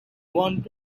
want